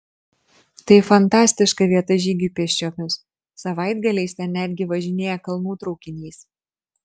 tai fantastiška vieta žygiui pėsčiomis savaitgaliais ten netgi važinėja kalnų traukinys